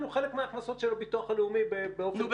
הוא חלק מההכנסות של הביטוח הלאומי באופן קבוע.